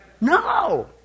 No